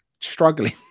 struggling